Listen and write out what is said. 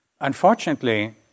Unfortunately